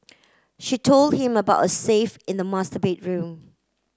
she told him about a safe in the master bedroom